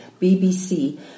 BBC